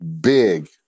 big